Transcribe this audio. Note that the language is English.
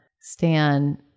Stan